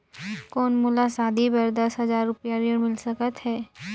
कौन मोला शादी बर दस हजार रुपिया ऋण मिल सकत है?